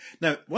Now